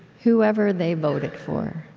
whoever they voted for,